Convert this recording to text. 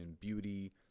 beauty